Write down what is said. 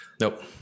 nope